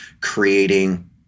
creating